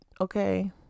okay